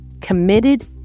committed